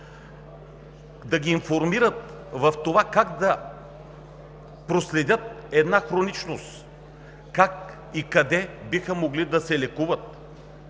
на здравето, за това как да проследят една хроничност, как и къде биха могли да се лекуват.